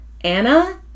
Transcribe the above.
Anna